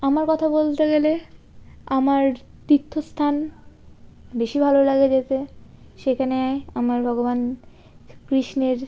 আমার কথা বলতে গেলে আমার তীর্থস্থান বেশি ভালো লাগে যেতে সেখানে আমার ভগবান কৃষ্ণের